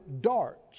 darts